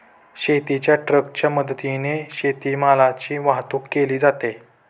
शेतीच्या ट्रकच्या मदतीने शेतीमालाची वाहतूक केली जाते